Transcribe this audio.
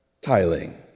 tiling